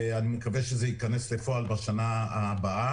ואני מקווה שזה ייכנס לפועל בשנה הבאה.